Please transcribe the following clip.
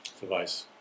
device